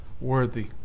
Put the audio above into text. worthy